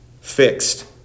fixed